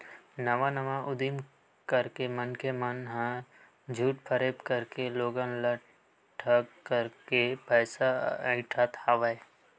नवा नवा उदीम करके मनखे मन ह झूठ फरेब करके लोगन ल ठंग करके पइसा अइठत हवय